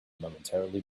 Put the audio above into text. momentarily